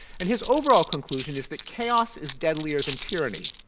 and his overall conclusion is that chaos is deadlier than tyranny.